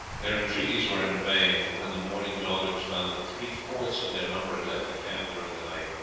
their entreaties were in vain, for when the morning dawned it was found that three-fourths of their number had left the camp during the night,